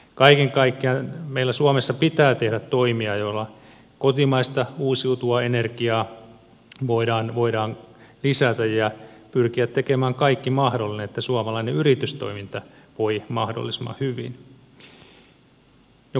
kaiken kaikkiaan meillä suomessa pitää tehdä toimia joilla kotimaista uusiutuvaa energiaa voidaan lisätä ja pyrkiä tekemään kaikki mahdollinen että suomalainen yritystoiminta voi mahdollisimman hyvin